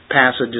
passages